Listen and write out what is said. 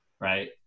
right